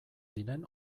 diren